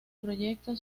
proyecto